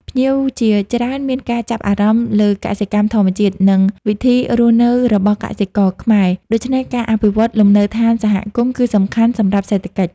ភ្ញៀវជាច្រើនមានការចាប់អារម្មណ៍លើកសិកម្មធម្មជាតិ និងវិធីរស់នៅរបស់កសិករខ្មែរ ដូច្នេះការអភិវឌ្ឍលំនៅដ្ឌានសហគមន៍គឺសំខាន់សម្រាប់សេដ្ឋកិច្ច។